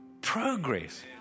progress